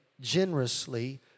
generously